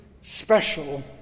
special